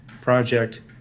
project